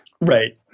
Right